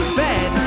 bed